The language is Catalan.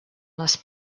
les